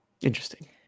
interesting